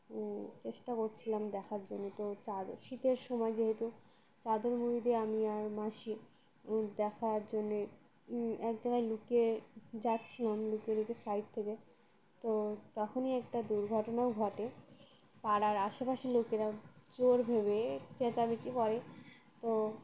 চেষ্টা করছিলাম দেখার জন্যে তো চাদর শীতের সময় যেহেতু চাদর মুড়ি দিয়ে আমি আর মাসি দেখার জন্যে এক জায়গায় লুকিয়ে যাচ্ছিলাম লুকিয়ে লুকিয়ে সাইড থেকে তো তখনই একটা দুর্ঘটনাও ঘটে পাড়ার আশেপাশের লোকেরা চোর ভেবে চেঁচামেচি করে তো